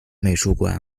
美术馆